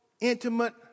intimate